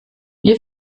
wir